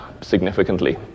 significantly